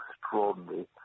extraordinary